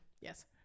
Yes